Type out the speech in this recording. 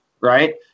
Right